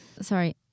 Sorry